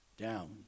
down